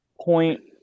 point